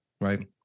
Right